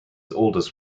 oldest